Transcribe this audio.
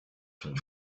von